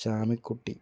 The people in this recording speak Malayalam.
ചാമിക്കുട്ടി